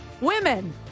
women